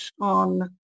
on